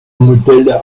modelle